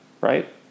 right